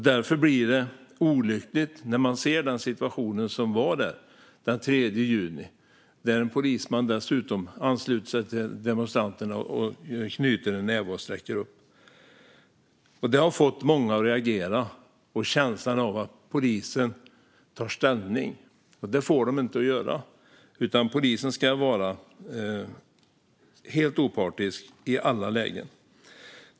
Därför var det en olycklig situation man såg där den 3 juni, då en polisman dessutom anslöt sig till demonstranterna och knöt en näve och sträckte upp den. Det har fått många att reagera. De har fått känslan av att polisen tog ställning. Det får inte polisen göra. Polisen ska vara helt opartisk i alla lägen.